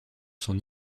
son